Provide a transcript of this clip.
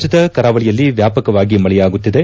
ರಾಜ್ಞದ ಕರಾವಳಿಯಲ್ಲಿ ವ್ಯಾಪಕವಾಗಿ ಮಳೆಯಾಗುತ್ತಿದೆ